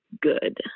good